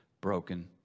broken